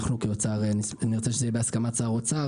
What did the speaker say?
אנחנו כאוצר נרצה שזה יהיה בהסכמת שר אוצר